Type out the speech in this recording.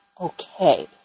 okay